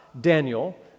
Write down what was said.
Daniel